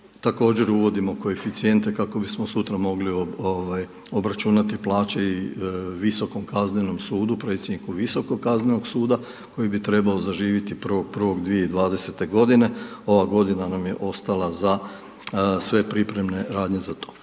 također uvodimo koeficijente kako bismo sutra mogli obračunati plaće i Visokom kaznenom sudu, predsjedniku Visokog kaznenog suda koji bi trebao zaživjeti 01.01.2020. godine. Ova godina nam je ostala za sve pripremne radnje za to.